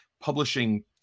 publishing